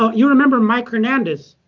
ah you remember mike hernandez.